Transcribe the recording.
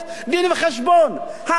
האמת היא,